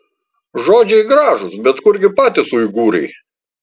žodžiai gražūs bet kurgi patys uigūrai